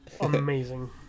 amazing